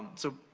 so,